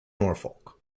norfolk